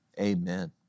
amen